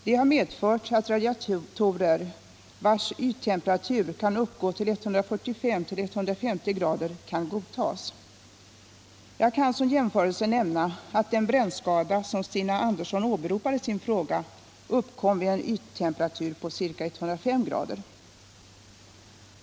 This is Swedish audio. Detta har medfört att radiatorer vilkas yttemperatur kan uppgå till 145-150 grader kan godtas. Jag kan som jämförelse nämna att den brännskada som Stina Andersson åberopar i sin fråga uppkom vid en yttemperatur på ca 105 grader.